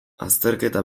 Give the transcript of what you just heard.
azterketa